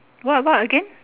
what what again